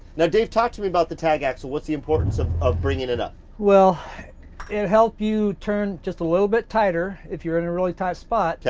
now dave, talk to me about the tag axle. what's the importance of of bringing it up? well it'll and help you turn just a little bit tighter if you're in a really tight spot.